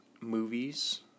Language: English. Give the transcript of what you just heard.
movies